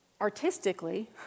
artistically